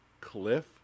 Cliff